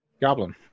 Goblin